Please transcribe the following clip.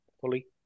fully